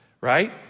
Right